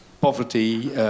poverty